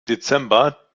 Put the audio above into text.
dezember